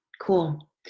Cool